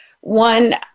One